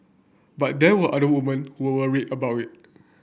but there were other woman who were worried about it